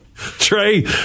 Trey